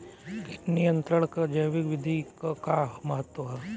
कीट नियंत्रण क जैविक विधि क का महत्व ह?